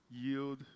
yield